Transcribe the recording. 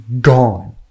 gone